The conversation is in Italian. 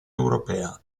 europea